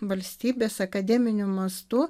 valstybės akademiniu mastu